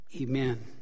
Amen